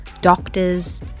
doctors